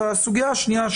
הסוגיה השלישית,